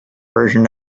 version